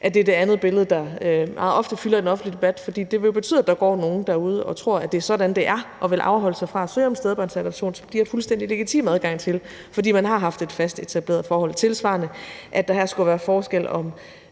at det er det andet billede, der meget ofte fylder i den offentlige debat, for det vil jo betyde, at der går nogle derude og tror, at det er sådan, det er, og vil afholde sig fra at søge om stedbarnsadoption, som de har fuldstændig legitim adgang til, fordi de har haft et fast etableret forhold. Tilsvarende gælder spørgsmålet om, om